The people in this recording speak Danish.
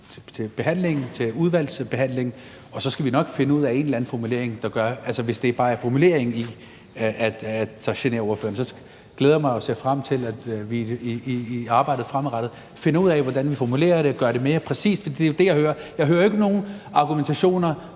jeg mig til udvalgsbehandlingen, og så skal vi nok finde ud af en anden formulering. Altså, hvis det bare er formuleringen, der generer ordføreren, så glæder jeg mig jo til og ser frem til, at vi i arbejdet fremadrettet finder ud af, hvordan vi får formuleret det og gjort det mere præcist. For det er det, jeg hører. Jeg hører ikke nogen argumentation